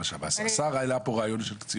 השר העלה פה רעיון של קציעות,